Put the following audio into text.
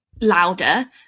louder